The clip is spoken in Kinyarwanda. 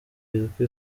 yitwa